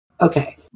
Okay